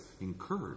incurred